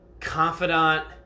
confidant